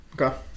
okay